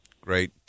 Great